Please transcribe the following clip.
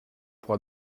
pour